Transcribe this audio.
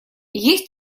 есть